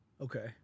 Okay